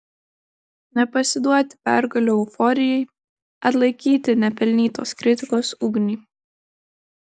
nepasiduoti pergalių euforijai atlaikyti nepelnytos kritikos ugnį